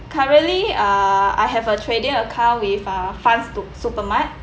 currently ah I have a trading account with uh funds to supermart